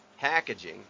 packaging